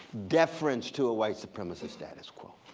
deference to a white supremacists status quo,